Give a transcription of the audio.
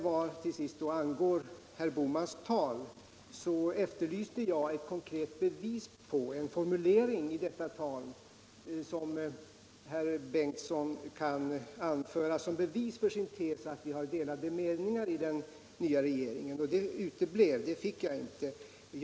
Vad angår herr Bohmans tal efterlyste jag en konkret formulering i detta tal som herr Bengtsson kan anföra som bevis för sin tes att vi har delade meningar inom den nya regeringen. Den uteblev, den fick jag inte höra.